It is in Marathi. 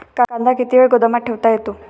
कांदा किती वेळ गोदामात ठेवता येतो?